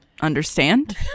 understand